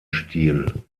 stil